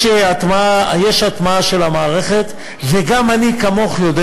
יש הטמעה של המערכת, וגם אני כמוך יודע